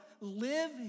live